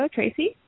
Tracy